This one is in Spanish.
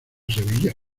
sevilla